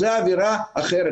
זו עבירה אחרת.